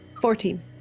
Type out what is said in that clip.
Fourteen